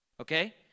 okay